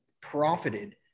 profited